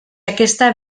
aquesta